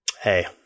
Hey